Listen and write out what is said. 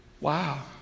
Wow